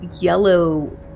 yellow